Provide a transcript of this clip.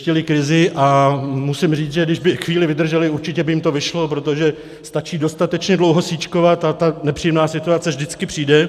Věštili krizi a musím říci, že kdyby chvíli vydrželi, určitě by jim to vyšlo, protože stačí dostatečně dlouho sýčkovat a ta nepříjemná situace vždycky přijde.